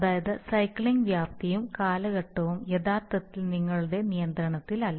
അതായത് സൈക്ലിംഗ് വ്യാപ്തിയും കാലഘട്ടവും യഥാർത്ഥത്തിൽ നിങ്ങളുടെ നിയന്ത്രണത്തിലല്ല